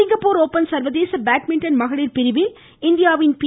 Singapore open சர்வதேச badminton மகளிர் பிரிவில் இந்தியாவின் பி